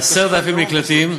10,000 נקלטים,